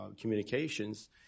Communications